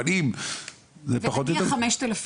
נניח 5,000